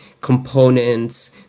components